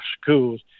schools